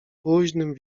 późnym